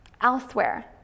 elsewhere